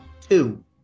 two